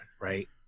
right